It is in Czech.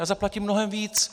Zaplatím mnohem víc.